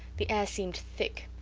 the air seemed thick.